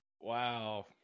Wow